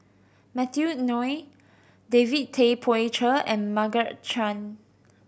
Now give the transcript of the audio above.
Matthew Ngui David Tay Poey Cher and Margaret Chan